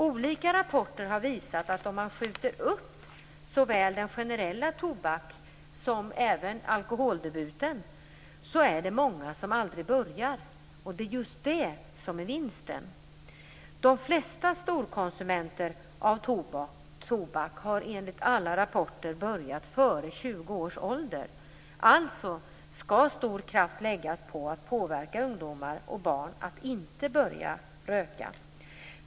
Olika rapporter har visat att om man skjuter upp såväl den generella tobak som alkoholdebuten är det många som aldrig börjar. Det är just det som är vinsten. De flesta storkonsumenter av tobak har enligt alla rapporter börjat före 20 års ålder. Alltså skall stor kraft läggas på att påverka ungdomar och barn så att de inte börjar röka.